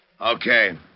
Okay